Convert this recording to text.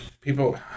people